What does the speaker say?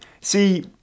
See